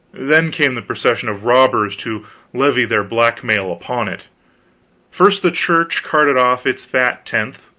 then came the procession of robbers to levy their blackmail upon it first the church carted off its fat tenth,